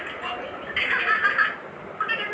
सहजन के पेड़ होला जवन की सालभर में फरे लागेला